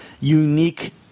unique